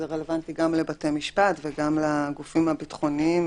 זה רלוונטי גם לבתי משפט וגם לגופים הביטחוניים,